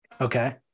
Okay